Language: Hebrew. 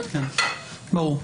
ברור.